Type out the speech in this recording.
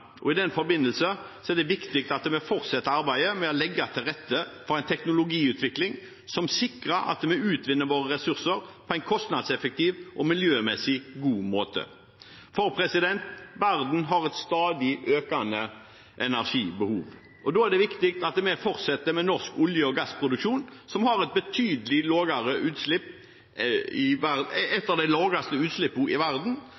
og i den forbindelse er det viktig at vi fortsetter arbeidet med å legge til rette for en teknologiutvikling som sikrer at vi utvinner våre ressurser på en kostnadseffektiv og miljømessig god måte. Verden har et stadig økende energibehov, og da er det viktig at vi fortsetter med norsk olje- og gassproduksjon, som har noen av de laveste utslippene i verden. Og norsk gass er et betydelig